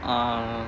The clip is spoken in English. ah